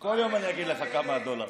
כל יום אני אגיד לך כמה הדולר.